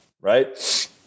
Right